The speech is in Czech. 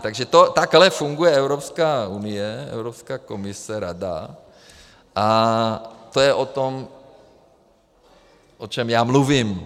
Takže takhle funguje Evropská unie, Evropská komise, Rada, a to je o tom, o čem já mluvím.